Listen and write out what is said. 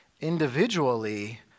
individually